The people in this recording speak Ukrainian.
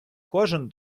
кожен